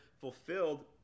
fulfilled